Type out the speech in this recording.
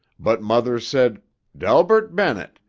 but mother said delbert bennett!